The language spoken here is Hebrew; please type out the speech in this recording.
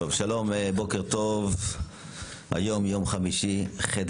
שלום, בוקר טוב, היום יום חמישי, ח'